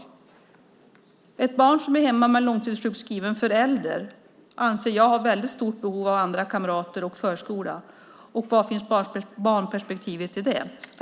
Jag anser att ett barn som är hemma med en långtidssjukskriven förälder har stort behov av kamrater och förskola. Var finns barnperspektivet i det?